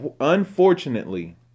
unfortunately